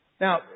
Now